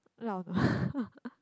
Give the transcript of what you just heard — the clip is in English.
a lot of